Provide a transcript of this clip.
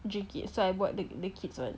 drink it so I bought the kids one